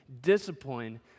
Discipline